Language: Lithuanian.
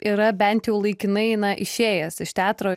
yra bent jau laikinai eina išėjęs iš teatro